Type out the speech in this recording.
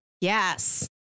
yes